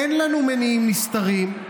אין לנו מניעים נסתרים.